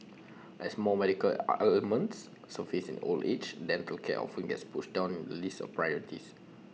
as more medical ailments surface in old age dental care often gets pushed down the list of priorities